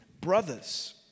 brothers